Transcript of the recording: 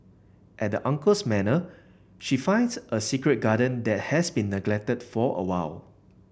at the uncle's manor she finds a secret garden that has been neglected for a while